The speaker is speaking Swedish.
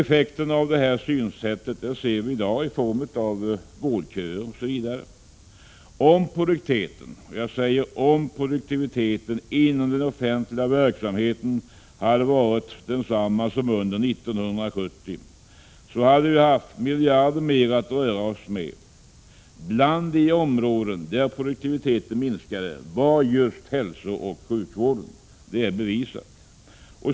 Effekten av detta synsätt ser vi i dag i form av vårdköer osv. Om — jag säger om — produktiviteten inom den offentliga verksamheten hade varit densamma som under 1970 hade vi haft miljarder mer att röra oss med. Bland de områden där produktiviteten minskade var just hälsooch sjukvården — det är bevisat.